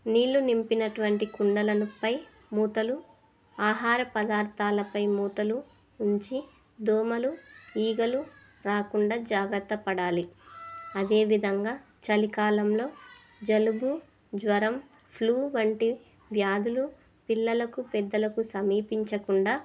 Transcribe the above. నీళ్ళు నింపినటువంటి కుండలపై మూతలు ఆహార పదార్థాలపై మూతలు ఉంచి ధోమలు ఈగలు రాకుండా జాగ్రత్త పడాలి అదేవిధంగా చలికాలంలో జలుబు జ్వరం ఫ్లూ వంటి వ్యాధులు పిల్లలను పెద్దలను సమీపించకుండా